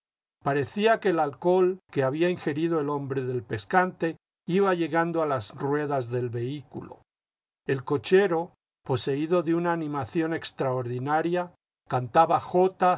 parecía que el alcohol que había ingerido el hombre del pescante iba llegando a las ruedas del vehículo el cochero poseído de una animación extraordinaria cantaba jotas